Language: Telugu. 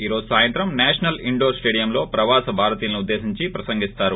ఈ రోజు సాయంత్రం నేషనల్ ేఇండోర్ స్టేడియంలో ప్రవాస భారతీయలను ఉద్దేశించి ప్రసంగిస్తారు